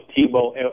Tebow